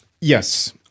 Yes